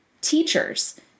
teachers